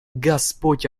господь